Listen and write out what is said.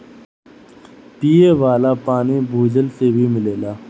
पिये वाला पानी भूजल से ही मिलेला